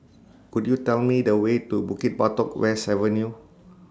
Could YOU Tell Me The Way to Bukit Batok West Avenue